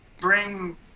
bring